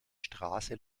straße